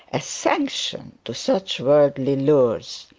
a sanction to such worldly lures.